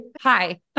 Hi